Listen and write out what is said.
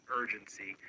urgency